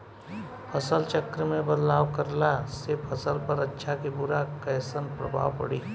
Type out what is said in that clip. फसल चक्र मे बदलाव करला से फसल पर अच्छा की बुरा कैसन प्रभाव पड़ी?